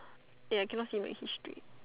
eh I cannot see my history